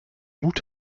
mut